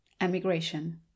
Emigration